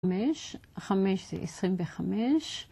חמש, חמש זה עשרים וחמש